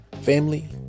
family